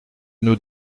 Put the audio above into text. nos